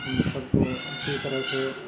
ہم سب کو اچھی طرح سے